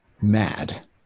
mad